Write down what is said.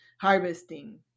harvesting